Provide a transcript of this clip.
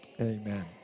Amen